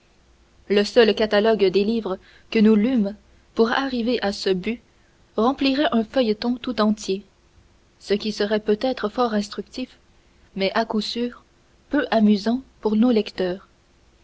le seul catalogue des livres que nous lûmes pour arriver à ce but remplirait un feuilleton tout entier ce qui serait peut-être fort instructif mais à coups sûr peu amusant pour nos lecteurs